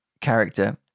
character